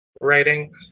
writing